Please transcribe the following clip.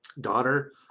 daughter